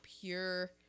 pure